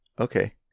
okay